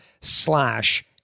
slash